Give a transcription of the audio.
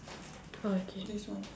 orh okay